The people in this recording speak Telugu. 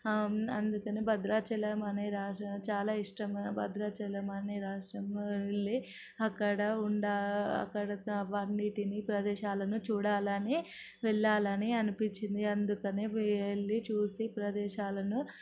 అందుకని భద్రాచలం అనే రాష్ట్రం చాలా ఇష్టమైన భద్రాచలం అనే రాష్ట్రంకి వెళ్ళి అక్కడ ఉన్న అక్కడ అన్నిటినీ ప్రదేశాలను చూడాలని వెళ్లాలని అనిపించింది అందుకని వెళ్లి చూసి ప్రదేశాలను